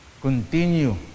Continue